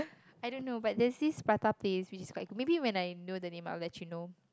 I don't know but there's this Prata place which is quite good maybe when I know the name I will let you know